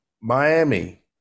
Miami